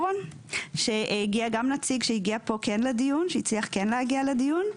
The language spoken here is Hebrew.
שהגיע גם נציג שכן הצליח להגיע לדיון,